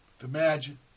Imagine